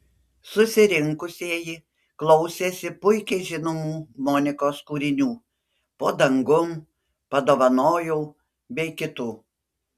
susirinkusieji klausėsi puikiai žinomų monikos kūrinių po dangum padovanojau bei kitų